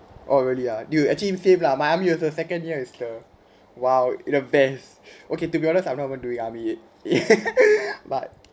oh really ah dude actually same lah my army also second ya is the !wow! is the best okay to be honest I'm not even doing army but